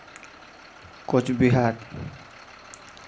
Cooch Behar